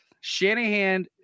Shanahan